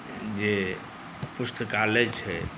जे पुस्तकालय छै